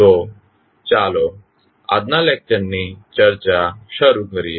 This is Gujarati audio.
તો ચાલો આજના લેકચર ની ચર્ચા શરૂ કરીએ